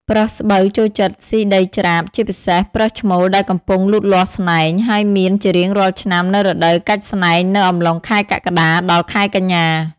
ប្រើសស្បូវចូលចិត្តស៊ីដីច្រាប ជាពិសេសប្រើសឈ្មោលដែលកំពុងលូតលាស់ស្នែង ហើយមានជារៀងរាល់ឆ្នាំនៅរដូវកាច់ស្តែងនៅអំឡុងខែកក្កដា ដល់ខែកញ្ញា។